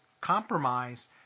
compromise